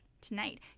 Tonight